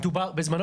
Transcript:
בזמנו,